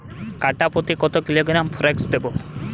কাঠাপ্রতি কত কিলোগ্রাম ফরেক্স দেবো?